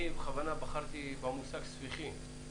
אני בכוונה בחרתי במושג ספיחים.